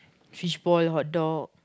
fishball hot dog